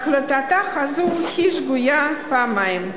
החלטה זו היא שגויה פעמיים: